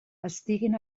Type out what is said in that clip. estiguin